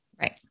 Right